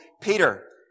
Peter